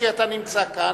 כי אתה נמצא כאן.